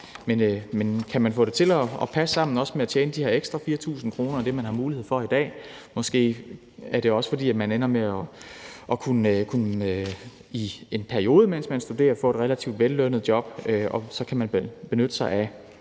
at man kan få det til at passe sammen med også at tjene de her 4.000 kr. ekstra end det, man har mulighed for i dag. Måske er det også, fordi man ender med i en periode, mens man studerer, at kunne få et relativt vellønnet job, og så kan man benytte sig af